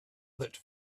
that